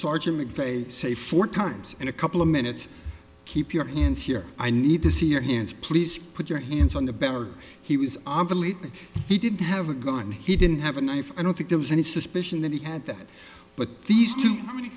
sergeant mcveigh say four cards in a couple of minutes keep your hands here i need to see your hands please put your hands on the barrel he was obsolete and he didn't have a gun he didn't have a knife i don't think there was any suspicion that he had that but these two many